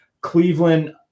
Cleveland